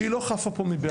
שהיא לא חפה פה מבעיות.